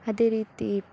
ಅದೇ ರೀತಿ